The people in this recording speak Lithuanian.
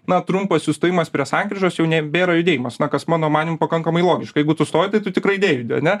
na trumpas sustojimas prie sankryžos jau nebėra judėjimas na kas mano manymu pakankamai logiška jeigu tu stovi tai tu tikrai nejudi ane